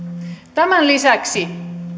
tämän lisäksi